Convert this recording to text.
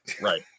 right